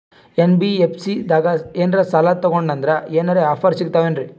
NBFC ದಾಗ ಏನ್ರ ಸಾಲ ತೊಗೊಂಡ್ನಂದರ ಏನರ ಆಫರ್ ಸಿಗ್ತಾವೇನ್ರಿ?